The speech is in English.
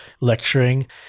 lecturing